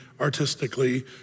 artistically